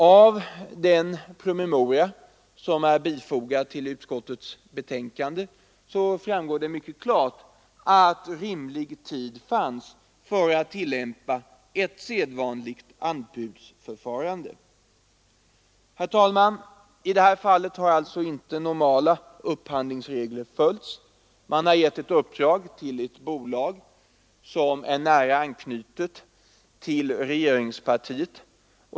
Av den promemoria som är bifogad utskottets betänkande framgår det klart att rimlig tid fanns för att tillämpa ett anbudsförfarande. Herr talman! I det här fallet har alltså inte normala upphandlingsrutiner följts, utan man har gett ett uppdrag till ett bolag som är nära anknutet till regeringspartiet.